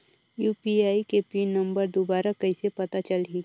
UPI के PIN number दुबारा कइसे पता चलही?